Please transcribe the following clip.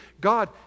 God